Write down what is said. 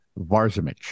Varzimich